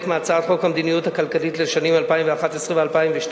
מהצעת חוק המדיניות הכלכלית לשנים 2011 ו-2012.